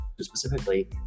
specifically